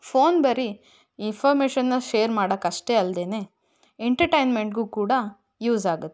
phone ಬರಿ ಇನ್ಫಾರ್ಮೇಶನ್ನ್ನ share ಮಾಡೋಕ್ಕಷ್ಟೇ ಅಲ್ದೇ ಎಂಟರ್ಟೈನ್ಮೆಂಟ್ಗೂ ಕೂಡ ಯೂಸ್ ಆಗತ್ತೆ